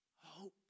Hope